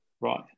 Right